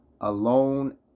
Alone